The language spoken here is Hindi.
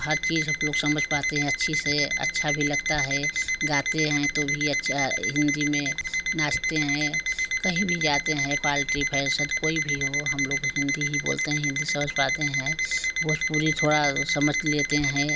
हर चीज हम लोग समझ पाते हैं अच्छी से अच्छा भी लगता है गाते हैं तो भी अच्छा हिन्दी में नाचते हैं कहीं भी जाते हैं पाल्ती फैसन कोई भी हो हम लोग हिन्दी ही बोलते हैं हिन्दी समझ पाते हैं भोजपुरी थोड़ा समझ लेते हैं